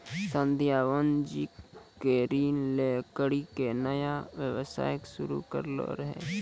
संध्या वाणिज्यिक ऋण लै करि के नया व्यवसाय शुरू करने रहै